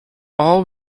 all